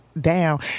down